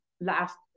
last